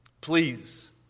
Please